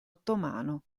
ottomano